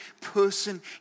person